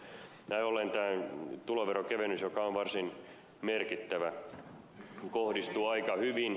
näin ollen tämä tuloveron kevennys joka on varsin merkittävä kohdistuu aika hyvin